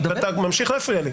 ואתה ממשיך להפריע לי.